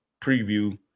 preview